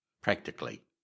practically